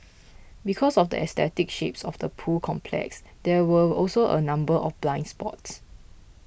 because of the aesthetic shapes of the pool complex there were also a number of blind spots